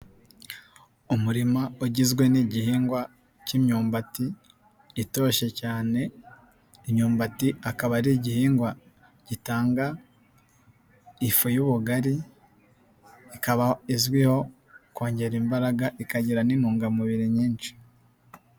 Umurima ugizwe n'igihingwa cy'imyumbati itoshye cyane, imyumbati akaba ari igihingwa gitanga ifu y'ubugari, ikaba izwiho kongera imbaraga ikagira n'intungamubiri nyinshi.